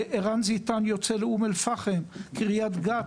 ערן זיתן יוצא לאום אל-פחם קריית גת,